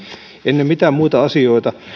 ennen mitään muita asioita